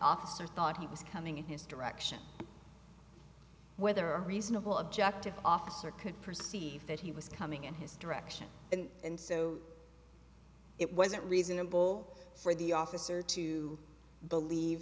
officer thought he was coming in his direction whether a reasonable objective officer could perceive that he was coming in his direction and so it wasn't reasonable for the officer to believe